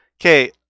Okay